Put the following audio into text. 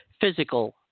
physical